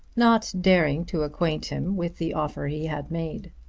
not daring to acquaint him with the offer he had made.